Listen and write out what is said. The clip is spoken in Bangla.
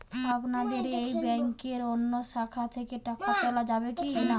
আপনাদের এই ব্যাংকের অন্য শাখা থেকে টাকা তোলা যাবে কি না?